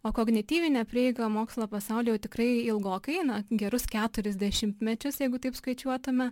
o kognityvinė prieiga mokslo pasauly jau tikrai ilgokai na gerus keturis dešimtmečius jeigu taip skaičiuotume